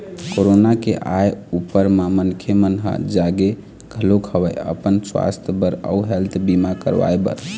corona के आय ऊपर म मनखे मन ह जागे घलोक हवय अपन सुवास्थ बर अउ हेल्थ बीमा करवाय बर